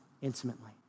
intimately